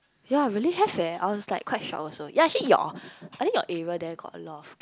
ya really have eh I was like quite shocked also ya actually your I think your area there got a lot of